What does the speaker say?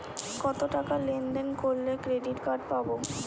কতটাকা লেনদেন করলে ক্রেডিট কার্ড পাব?